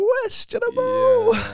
questionable